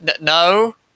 no